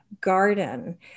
garden